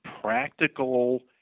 practical